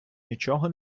нічого